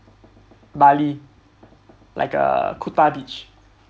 bali like uh kuta beach